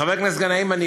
לחבר הכנסת גנאים,